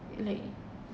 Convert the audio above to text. like